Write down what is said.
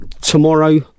tomorrow